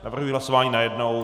Navrhuji hlasování najednou.